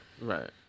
Right